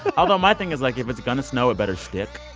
but although, my thing is, like, if it's going to snow, it better stick.